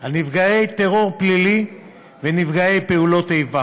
על נפגעי טרור פלילי ונפגעי פעולות איבה